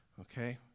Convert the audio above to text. Okay